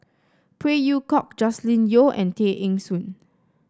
Phey Yew Kok Joscelin Yeo and Tay Eng Soon